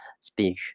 speak